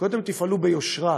קודם תפעלו ביושרה,